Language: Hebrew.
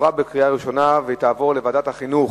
לוועדת החינוך,